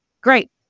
great